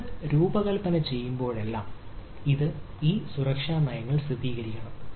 നിങ്ങൾ രൂപകൽപ്പന ചെയ്യുമ്പോഴെല്ലാം ഇത് ഈ സുരക്ഷാ നയങ്ങൾ സ്ഥിരീകരിക്കണം